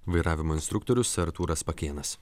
vairavimo instruktorius artūras pakėnas